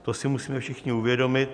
To si musíme všichni uvědomit.